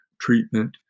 treatment